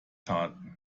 taten